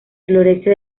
florece